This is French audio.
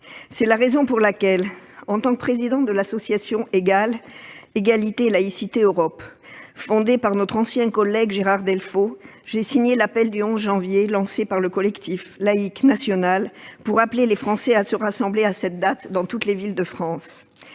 C'est la raison pour laquelle, en tant que présidente de l'association Égale- égalité, laïcité, Europe -, fondée par notre ancien collègue Gérard Delfau, j'ai signé l'appel du 11 janvier lancé par le collectif laïque national pour appeler les Français à se rassembler à cette date dans toutes les villes de France.